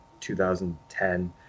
2010